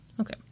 Okay